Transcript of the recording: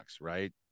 right